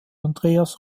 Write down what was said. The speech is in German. andreas